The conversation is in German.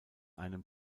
einem